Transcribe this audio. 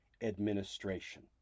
administration